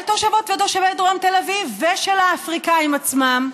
של תושבות ותושבי דרום תל אביב ושל האפריקנים עצמם,